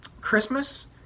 Christmas